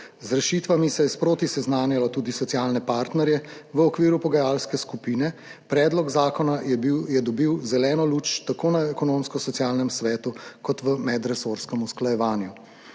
Z rešitvami se je sproti seznanjalo tudi socialne partnerje v okviru pogajalske skupine, predlog zakona je dobil zeleno luč tako na Ekonomsko-socialnem svetu kot tudi v medresorskem usklajevanju.